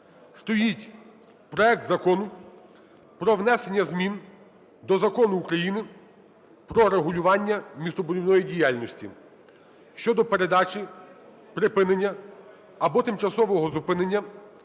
стоїть проект Закону про внесення змін до Закону України "Про регулювання містобудівної діяльності" (щодо передачі, припинення або тимчасового зупинення